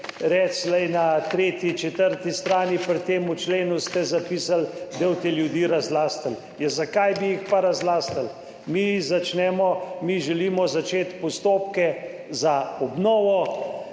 reči, poglej na tretji, četrti strani, pri tem členu ste zapisali, da bo te ljudi razlastili. Ja zakaj bi jih pa razlastili? Mi želimo začeti postopke za obnovo,